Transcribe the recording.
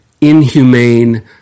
inhumane